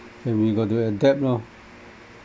and we got to adapt lor